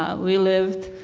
ah we lived